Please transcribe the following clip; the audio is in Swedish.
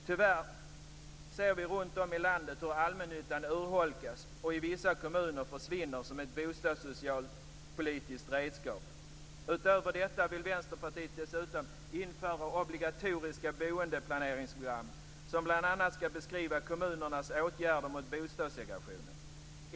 Tyvärr ser vi runt om i landet hur allmännyttan urholkas och i vissa kommuner försvinner som ett bostadssocialt och bostadspolitiskt redskap. Utöver detta vill Vänsterpartiet införa ett obligatoriskt boendeplaneringsprogram, som bl.a. skall beskriva kommunernas åtgärder mot bostadssegregationen.